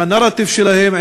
עם הנרטיב שלהם,